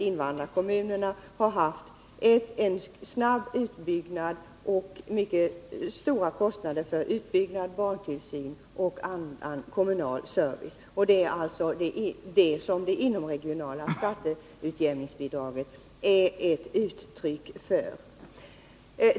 Invandrarkommunerna har haft mycket stora kostnader för en snabb utbyggnad, utbyggd barntillsyn och annan kommunal service. Det är för att utjämna sådana skillnader mellan kommunerna som det inomregionala skatteutjämningsbidraget har tillkommit.